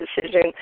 decision